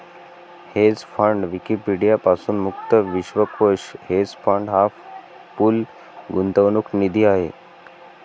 hedge fund Wikipedia पासून मुक्त विश्वकोश हेज फंड हा पूल गुंतवणूक निधी आहे